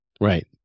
Right